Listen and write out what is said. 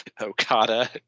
Okada